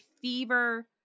fever